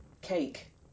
cake